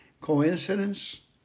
coincidence